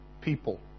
people